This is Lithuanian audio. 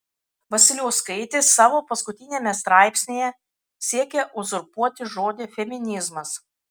vasiliauskaitė savo paskutiniame straipsnyje siekia uzurpuoti žodį feminizmas